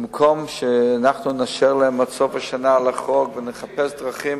במקום שנאשר להם לחרוג עד סוף השנה ונחפש דרכים